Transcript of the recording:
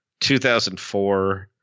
2004